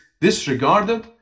disregarded